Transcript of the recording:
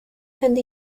and